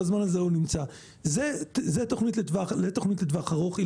זה תוכנית לטווח ארוך.